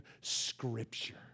Scripture